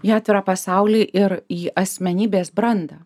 į atvirą pasaulį ir į asmenybės brandą